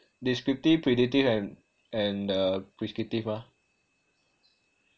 descriptive predictive and and prescriptive mah